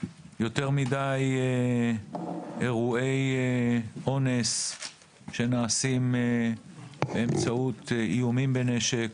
יותר מדי אירועי אונס שנעשים באמצעות איומים בנשק,